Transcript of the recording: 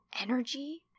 energy